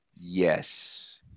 Yes